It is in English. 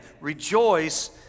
rejoice